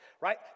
right